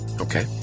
okay